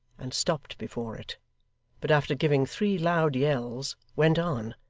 and stopped before it but after giving three loud yells, went on.